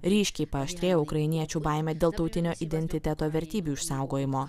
ryškiai paaštrėjo ukrainiečių baimė dėl tautinio identiteto vertybių išsaugojimo